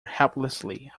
helplessly